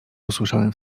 usłyszałem